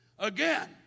Again